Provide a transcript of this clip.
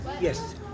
Yes